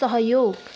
सहयोग